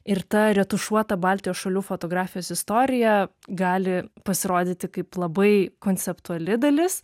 ir ta retušuota baltijos šalių fotografijos istorija gali pasirodyti kaip labai konceptuali dalis